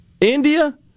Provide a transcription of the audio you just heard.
India